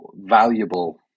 valuable